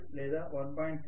25 లేదా 1